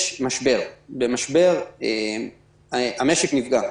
יש משבר, במשבר המשק נפגע.